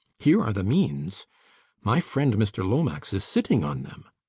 here are the means my friend mr lomax is sitting on them.